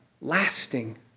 lasting